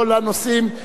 כי אני יודע שאתה הולך.